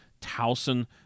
Towson